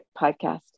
podcast